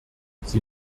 sie